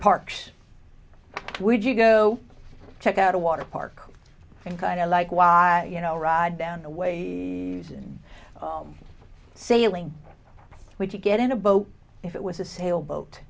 parks would you go check out a water park and kind of like why you know ride down the way sailing would you get in a boat if it was a sailboat